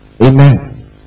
Amen